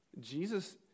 Jesus